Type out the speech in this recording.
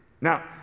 Now